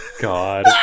God